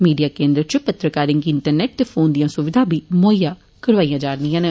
media केंद्र इच पत्रकारें गी इंटरनेट ते फोन दियां सुविधां बी मुहैया करोआइयां जा'रदियां न